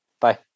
Bye